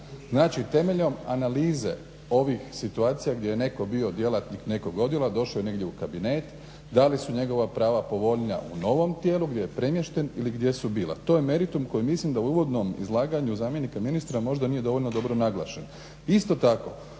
Znači, temeljem analize ovih situacija gdje je netko bio djelatnik nekog odjela došao je negdje u kabinet, da li su njegova pravo povoljnija u novom tijelu gdje je premješten ili gdje su bila. To je meritum koji mislim da u uvodnom izlaganju zamjenika ministra možda nije dovoljno dobro naglašeno. Isto tako